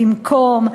"במקום",